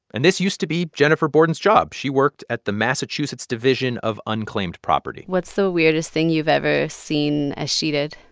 and this used to be jennifer borden's job. she worked at the massachusetts division of unclaimed property what's the so weirdest thing you've ever seen escheated?